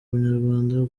ubunyarwanda